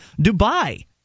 Dubai